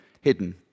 hidden